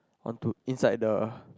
onto inside the